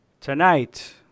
Tonight